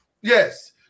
Yes